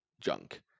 junk